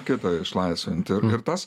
kitą išlaisvinti ir ir tas